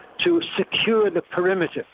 to secure the perimeter.